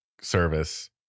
service